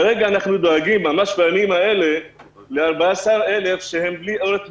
כרגע אנחנו דואגים ממש בימים אלה ל-14,000 שהם בלי עורף משפחתי,